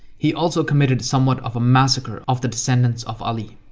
he also committed somewhat of a massacre of the descendants of ali.